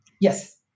Yes